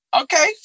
Okay